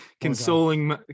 Consoling